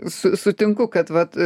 su sutinku kad vat